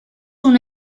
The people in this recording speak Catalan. una